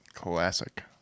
classic